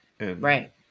Right